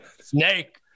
snake